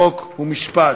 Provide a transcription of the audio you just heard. חוק ומשפט.